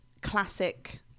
classic